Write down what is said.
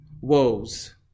woes